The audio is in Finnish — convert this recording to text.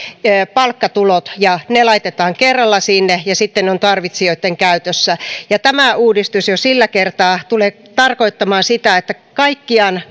palkkatulot ne laitetaan kerralla sinne ja sitten ovat tarvitsijoitten käytössä tämä uudistus jo sillä kertaa tulee tarkoittamaan sitä että kaikkiaan